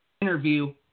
interview